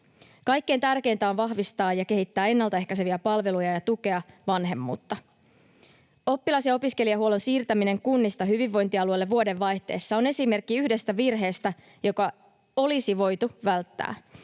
Kaikkein tärkeintä on vahvistaa ja kehittää ennaltaehkäiseviä palveluja ja tukea vanhemmuutta. Oppilas- ja opiskelijahuollon siirtäminen kunnista hyvinvointialueille vuodenvaihteessa on esimerkki yhdestä virheestä, joka olisi voitu välttää.